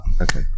Okay